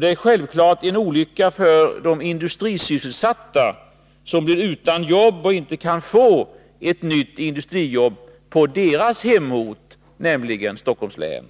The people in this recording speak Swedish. Det är självfallet en olycka för de industrisysselsatta, som blir utan jobb och inte kan få ett nytt industrijobb på sin hemort, nämligen i Stockholms län.